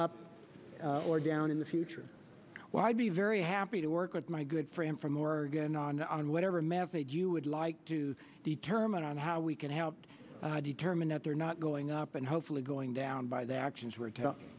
up or down in the future well i'd be very happy to work with my good friend from oregon on on whatever method you would like to determine on how we can help determine that they're not going up and hopefully going down by their actions were t